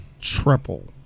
Triple